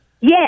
Yes